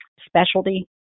specialty